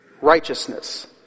righteousness